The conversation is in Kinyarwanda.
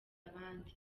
abandi